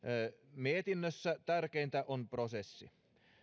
mietinnössä tärkeintä on prosessi